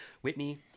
whitney